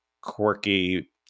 quirky